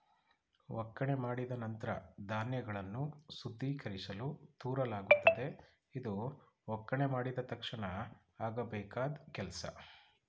ಒಕ್ಕಣೆ ಮಾಡಿದ ನಂತ್ರ ಧಾನ್ಯಗಳನ್ನು ಶುದ್ಧೀಕರಿಸಲು ತೂರಲಾಗುತ್ತದೆ ಇದು ಒಕ್ಕಣೆ ಮಾಡಿದ ತಕ್ಷಣ ಆಗಬೇಕಾದ್ ಕೆಲ್ಸ